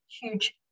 huge